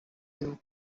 you